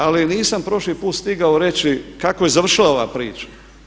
Ali nisam prošli put stigao reći kako je završila ova priča.